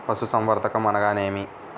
పశుసంవర్ధకం అనగానేమి?